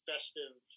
festive